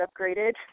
upgraded